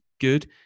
good